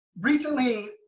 recently